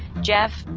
geoff,